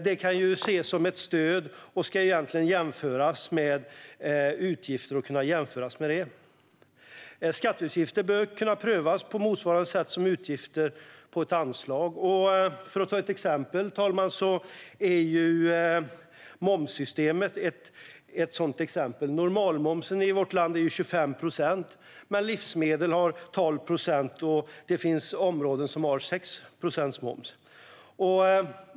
Det kan ses som ett stöd och ska egentligen jämföras med utgifter. Skatteutgifter bör kunna prövas på motsvarande sätt som utgifter på anslag. För att ta ett exempel, fru talman, kan vi titta på momssystemet. Normalmomsen i vårt land är 25 procent, men momsen på livsmedel är 12 procent. Det finns områden där momsen ligger på 6 procent.